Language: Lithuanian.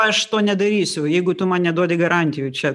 aš to nedarysiu jeigu tu man neduodi garantijų čia